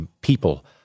people